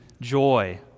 joy